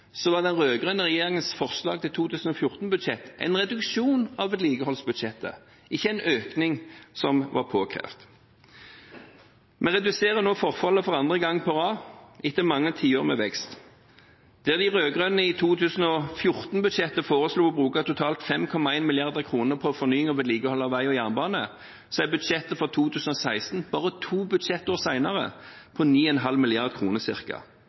var den rød-grønne regjeringens forslag til 2014-budsjettet en reduksjon av vedlikeholdsbudsjettet, ikke en økning, som var påkrevet. Vi reduserer nå forfallet for andre år på rad etter mange tiår med vekst. Der de rød-grønne i 2014-budsjettet foreslo å bruke totalt 5,1 mrd. kr på fornying og vedlikehold av vei og jernbane, er budsjettet for 2016 – bare to budsjettår senere – på ca. 9,5